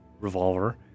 revolver